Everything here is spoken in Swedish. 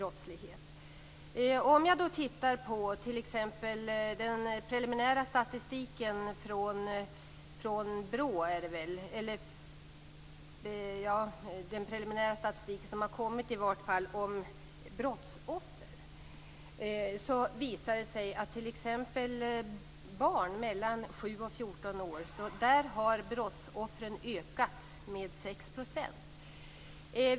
Om jag då tittar på t.ex. den preliminära statistik som har kommit om brottsoffer, visar det sig att brottsoffren bland barn mellan 7 och 14 år har ökat med 6 %.